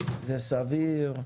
זה סביר,